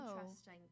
interesting